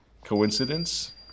Coincidence